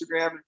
Instagram